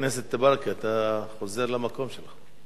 חבר הכנסת ברכה, אתה חוזר למקום שלך.